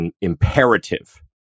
imperative